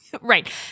Right